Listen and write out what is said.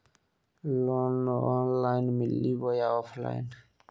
Loan online मिली बोया offline?